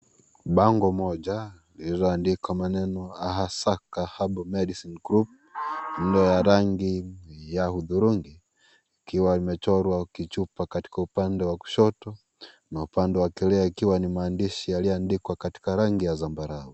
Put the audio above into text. Bango moja lililoandikwa maneno "Ahasaka medicine group" yenye rangi ya hudhurungi ikiwa imechorwa kichupa katika upande wa kushoto na upande wa kulia ikiwa ni maandishi yaliyoandikwa katika rangi ya sambarau.